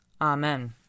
Amen